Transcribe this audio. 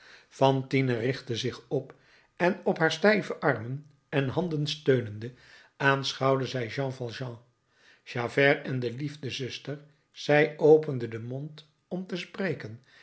fantine richtte zich op en op haar stijve armen en handen steunende aanschouwde zij jean valjean javert en de liefdezuster zij opende den mond om te spreken